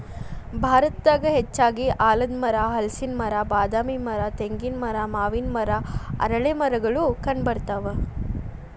ಭಾರತದಾಗ ಹೆಚ್ಚಾಗಿ ಆಲದಮರ, ಹಲಸಿನ ಮರ, ಬಾದಾಮಿ ಮರ, ತೆಂಗಿನ ಮರ, ಮಾವಿನ ಮರ, ಅರಳೇಮರಗಳು ಕಂಡಬರ್ತಾವ